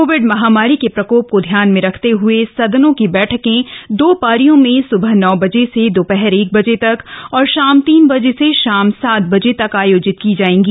Covid महामारी के प्रकोप को ध्यान में रखते हए सदनों की बैठके दो पारियों में सुबह नौ बजे से दोपहर बाद एक बजे तक और शाम तीन बजे से सात बजे तक आयोजित की जाएंगी